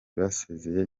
basezeye